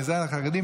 ומזה על החרדים,